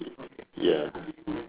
ya